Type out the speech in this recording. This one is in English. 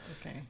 okay